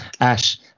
ash